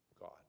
God